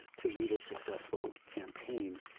to lead a successful campaign,